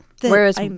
Whereas